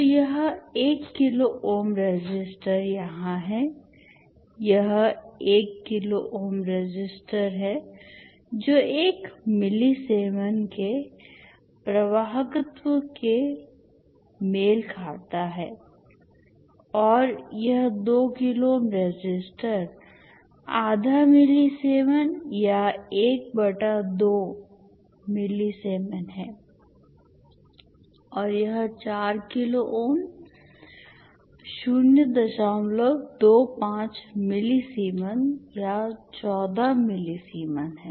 तो यह 1 kilo ohm resistor यहाँ है यह 1 किलो ओम रेसिस्टर है जो 1 मिलीसीमेन के प्रवाहकत्त्व से मेल खाता है और यह 2 किलो ओम रेसिस्टर आधा मिलीसीमेन या 1 बटा 2 मिलीसीमेन है और यह 4 किलो ओम 025 मिलीसीमेन या 14 मिलीसीमेन है